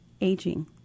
aging